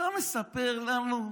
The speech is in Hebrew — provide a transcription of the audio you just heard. אתה מספר לנו?